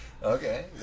Okay